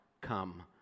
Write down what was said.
come